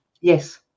Yes